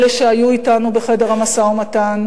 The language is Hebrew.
אלה שהיו אתנו בחדר המשא-ומתן,